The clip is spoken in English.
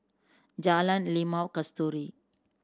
Jalan Limau Kasturi